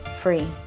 free